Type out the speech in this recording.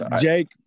Jake